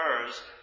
occurs